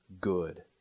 good